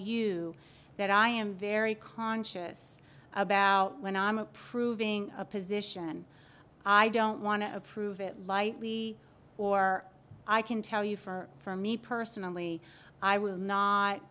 you that i am very conscious about when i'm approving a position i don't want to approve it lightly or i can tell you for for me personally i would not